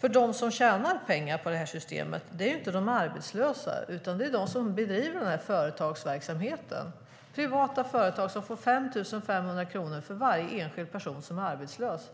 De som tjänar pengar på det här systemet är inte de arbetslösa, utan de som bedriver denna företagsverksamhet. Det är privata företag som får 5 500 kronor för varje enskild person som är arbetslös.